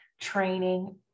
training